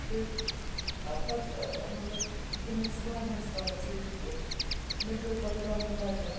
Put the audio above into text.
پھر پَتہٕ مطلب تِم ٲسۍ وارِیاہَس کالَس ییٚتی تہِ مےٚ پیوٚو پَتہٕ رَنُن بَتہٕ